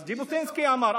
אז ז'בוטינסקי אמר.